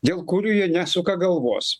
dėl kurių jie nesuka galvos